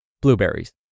blueberries